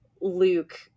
luke